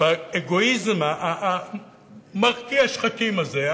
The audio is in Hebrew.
באגואיזם המרקיע-שחקים הזה,